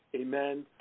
Amen